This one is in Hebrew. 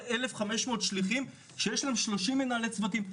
1,500 שליחים שיש להם 30 מנהלי צוותים.